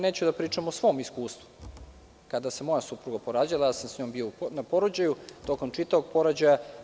Neću da pričam o svom iskustvu, kada se moja supruga porađala, ja sam s njom bio na porođaju, tokom čitavog porođaja.